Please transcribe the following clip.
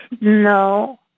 No